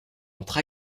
entre